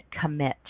commit